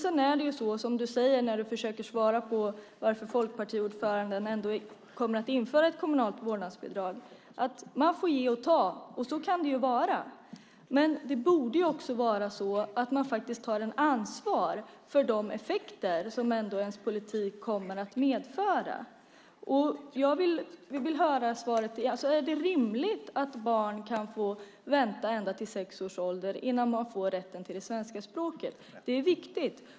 Som du säger när du försöker svara på frågan om varför folkpartiordföranden ändå kommer att införa ett kommunalt vårdnadsbidrag får man ge och ta; så kan det vara. Men det borde också vara så att man faktiskt tar ansvar för de effekter som ens politik ändå kommer att medföra. Jag vill höra om det är rimligt att barn kan få vänta ända till sex års ålder innan de får rätten till det svenska språket. : Nej.) Det här är viktigt.